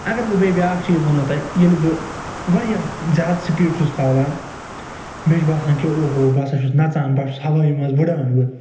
اَگر وٕ بیٚیہِ بیاکھ چیٖز وَنَو تۄہہِ ییٚلہِ بہٕ واریاہ زیادٕ سِپیٖڈ چھُس کھالان مےٚ چھِ باسان کہ او ہو ہو بہٕ ہسا چھُس نَژان بہٕ ہسا چھُس ہوٲیی منٛز وُڈان وٕ